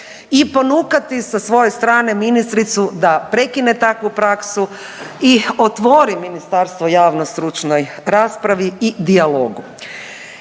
i ponukati sa svoje strane ministricu da prekine takvu praksu i otvori ministarstvo javno stručnoj raspravi i dijalogu.